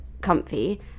comfy